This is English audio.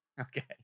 Okay